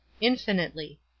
infinitely